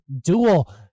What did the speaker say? dual